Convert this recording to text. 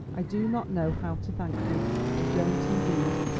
i do not know how to thank you i don't indeed,